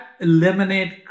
eliminate